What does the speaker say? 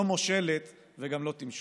לא מושלת וגם לא תמשול.